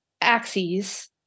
axes